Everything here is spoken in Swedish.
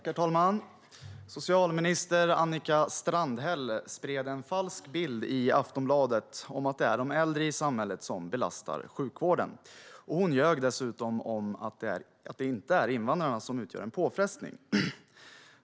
Herr talman! Socialminister Annika Strandhäll spred en falsk bild i Aftonbladet om att det är de äldre i samhället som belastar sjukvården. Hon ljög dessutom om att det inte är invandrarna som utgör en påfrestning.